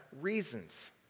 reasons